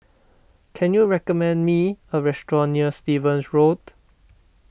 can you recommend me a restaurant near Stevens Road